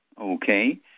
Okay